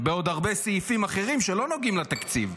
בעוד הרבה סעיפים אחרים שלא נוגעים לתקציב.